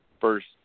first